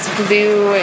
blue